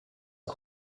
راه